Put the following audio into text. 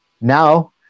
now